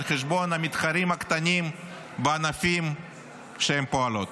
על חשבון המתחרים הקטנים בענפים שבהם הן פועלות.